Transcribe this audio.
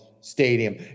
stadium